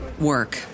work